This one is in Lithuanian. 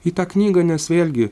į tą knygą nes vėlgi